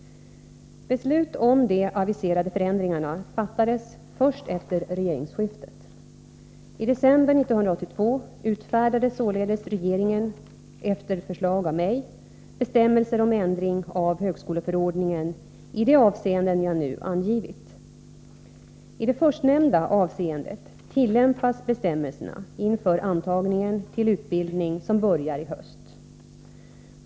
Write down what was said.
Beslut om de aviserade förändringarna fattades först efter regeringsskiftet. I december 1982 utfärdade således regeringen efter förslag av mig bestämmelser om ändring av högskoleförordningen i de avseenden jag nu har angivit. I det förstnämnda avseendet tillämpas bestämmelserna inför antagningen till utbildning som börjar i höst.